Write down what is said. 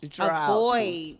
avoid